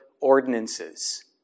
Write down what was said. ordinances